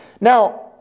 Now